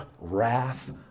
wrath